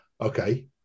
okay